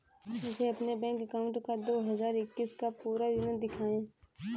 मुझे अपने bank account का दो हज़ार इक्कीस का पूरा विवरण दिखाएँ?